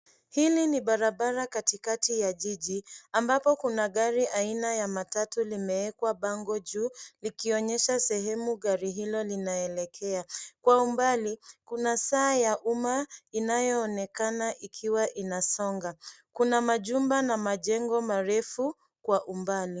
Hili ni barabara katikati ya jiji ambapo kuna gari aina ya matatu, limewekwa bango juu likionyesha sehemu gari hilo linaelekea. Kwa umbali kuna saa ya umma inayoonekana ikiwa inasonga. Kuna majumba na majengo marefu kwa umbali.